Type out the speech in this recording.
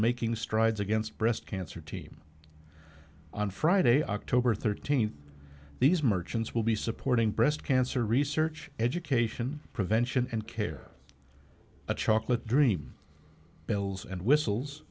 making strides against breast cancer team on friday october thirteenth these merchants will be supporting breast cancer research education prevention and care a chocolate dream bills and whistles